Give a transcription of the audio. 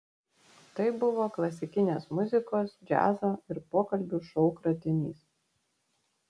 tai buvo klasikinės muzikos džiazo ir pokalbių šou kratinys